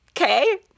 okay